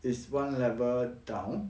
is one level down